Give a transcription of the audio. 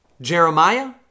Jeremiah